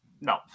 No